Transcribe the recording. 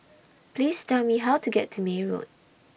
Please Tell Me How to get to May Road